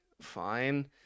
fine